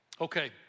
Okay